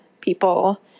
people